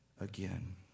again